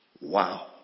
Wow